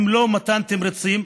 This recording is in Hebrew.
אם לא מתן תמריצים,